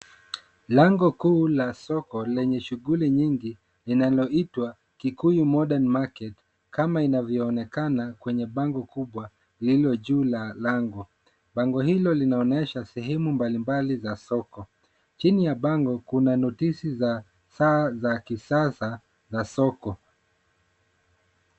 Lango kuu la soko lenye shughuli nyingi linaloitwa Kikuyu modern Market kama inavyoonekana kwenye bango kubwa lililo juu la lango. Bango hilo linaonyesha sehemu mbalimbali za soko. Chini ya bango kuna notisi za saa za kisasa za soko.